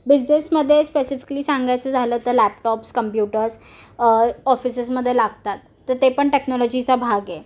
बिजनेसमध्ये स्पेसिफिकली सांगायचं झालं तर लॅपटॉप्स कंप्युटर्स ऑफिसेसमध्ये लागतात तर ते पण टेक्नॉलॉजीचा भाग आहे